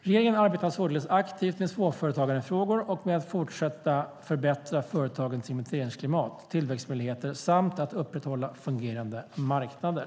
Regeringen arbetar således aktivt med småföretagandefrågor och med att fortsätta förbättra företagens investeringsklimat och tillväxtmöjligheter samt att upprätthålla fungerande marknader.